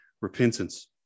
repentance